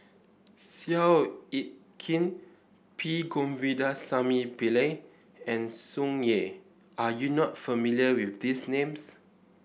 Seow Yit Kin P Govindasamy Pillai and Tsung Yeh are you not familiar with these names